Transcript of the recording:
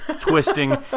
twisting